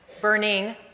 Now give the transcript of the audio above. burning